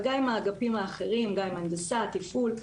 וגם עם האגפים האחרים כמו הנדסה ותפעול.